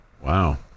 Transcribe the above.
Wow